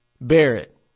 Barrett